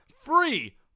free